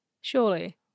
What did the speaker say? Surely